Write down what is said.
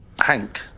Hank